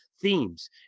themes